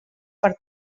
per